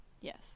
Yes